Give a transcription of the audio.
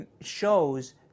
shows